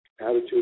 attitude